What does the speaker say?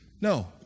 No